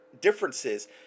differences